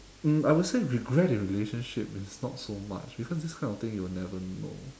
um I would say regret the relationship is not so much because this kind of thing you will never know